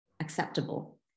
acceptable